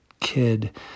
kid